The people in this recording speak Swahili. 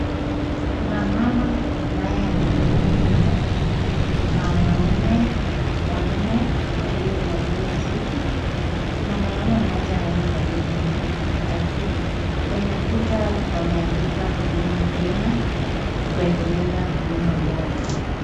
Kuna mama ambaye amembeba mtoto. Kuna wanaume wanne waliovalia suti. Kuna mwanaume mmoja anayemkabidhi mama karatasi. Kwenye kuta wameandika Huduma Kenya kuendeleza huduma bora.